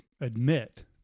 admit